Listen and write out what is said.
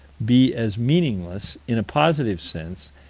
be as meaningless, in a positive sense,